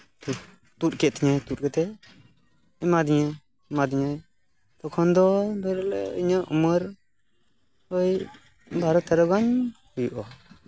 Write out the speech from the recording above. ᱛᱩᱫ ᱠᱮᱫ ᱛᱤᱧᱟᱭ ᱛᱩᱫ ᱠᱟᱛᱮᱫ ᱮᱢᱟ ᱫᱤᱧᱟ ᱮᱢᱟ ᱫᱤᱧᱟᱭ ᱛᱚᱠᱷᱚᱱ ᱫᱚ ᱫᱷᱚᱨᱮ ᱞᱮ ᱤᱧᱟᱹᱜ ᱩᱢᱟᱹᱨ ᱳᱭ ᱵᱟᱨᱚ ᱛᱮᱨᱚ ᱜᱟᱱ ᱦᱩᱭᱩᱜᱼᱟ